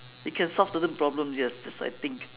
you can solve certain problems yes that's what I think